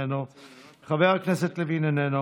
איננו,